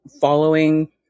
following